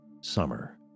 Summer